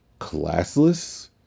Classless